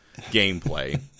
gameplay